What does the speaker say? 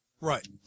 Right